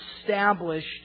established